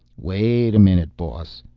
wait a minute, boss,